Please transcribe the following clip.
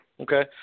Okay